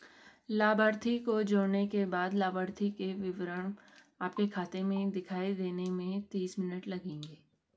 लाभार्थी को जोड़ने के बाद लाभार्थी के विवरण आपके खाते में दिखाई देने में तीस मिनट लगेंगे